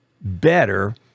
better